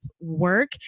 work